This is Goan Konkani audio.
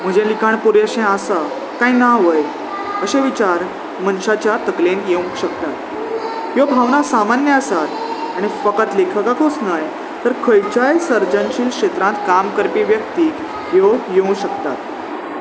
म्हजें लिखाण पुरशें आसा कांय ना वय अशे विचार मनशाच्या तकलेन येवंक शकतात ह्यो भावना सामान्य आसात आनी फकत लेखकाकूच न्हय तर खंयच्याय सर्जांशील क्षेत्रांत काम करपी व्यक्तीक ह्यो येवं शकतात